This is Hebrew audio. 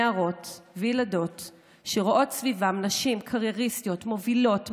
נערות וילדות שרואות סביבן נשים קרייריסטיות מובילות,